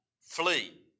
Flee